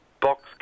Box